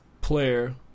player